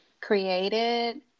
created